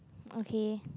okay